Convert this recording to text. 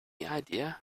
idea